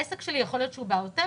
העסק שלי יכול להיות שהוא בעוטף,